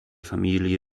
familie